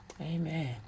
Amen